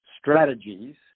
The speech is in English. strategies